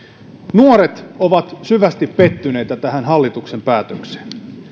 nuoret ovat syvästi pettyneitä tähän hallituksen päätökseen